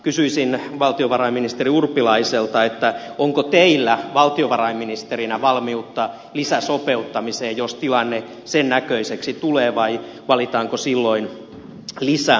kysyisin valtiovarainministeri urpilaiselta onko teillä valtiovarainministerinä valmiutta lisäsopeuttamiseen jos tilanne sen näköiseksi tulee vai valitaanko silloin lisävelan tie